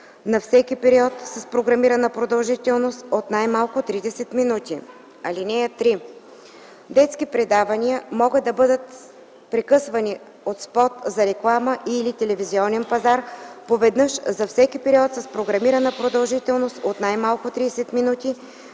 за всеки период с програмирана продължителност от най-малко 30 минути. (3) Детски предавания могат да бъдат прекъсвани от спот за реклама и/или телевизионен пазар по веднъж за всеки период с програмирана продължителност от най-малко 30 минути,